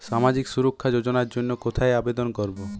সামাজিক সুরক্ষা যোজনার জন্য কোথায় আবেদন করব?